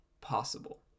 possible